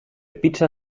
pizza